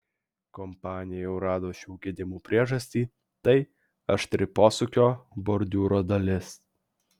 kompanija jau rado šių gedimų priežastį tai aštri posūkio bordiūro dalis